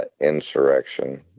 insurrection